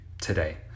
today